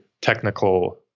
technical